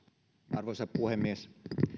arvoisa puhemies